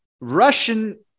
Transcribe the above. Russian